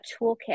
toolkit